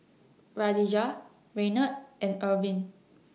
Kadijah Renard and Ervin